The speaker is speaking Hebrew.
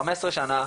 חמש עשרה שנה,